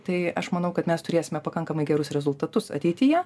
tai aš manau kad mes turėsime pakankamai gerus rezultatus ateityje